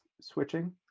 switching